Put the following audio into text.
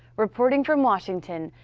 reporting from washington,